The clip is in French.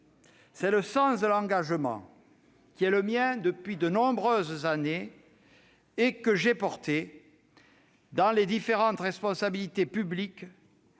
C'est le sens de l'engagement qui est le mien depuis de nombreuses années, engagement porté dans les différentes responsabilités publiques